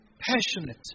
passionate